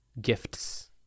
gifts